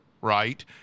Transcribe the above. right